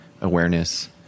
awareness